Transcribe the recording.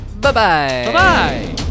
Bye-bye